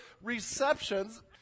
receptions